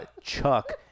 Chuck